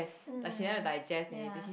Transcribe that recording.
mm ya